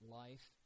life